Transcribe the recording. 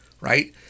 Right